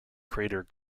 crater